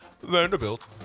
Vanderbilt